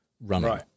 running